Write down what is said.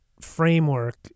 framework